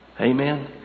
Amen